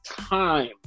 time